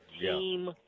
team